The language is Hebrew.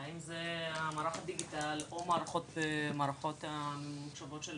האם זה מערך הדיגיטל או המערכות הממוחשבות של